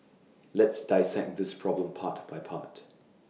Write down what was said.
let's dissect this problem part by part